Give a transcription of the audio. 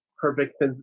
perfect